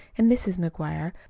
and mrs. mcguire,